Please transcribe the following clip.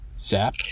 Zap